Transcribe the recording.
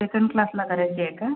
second क्लासला करायची आहे का